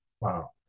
Wow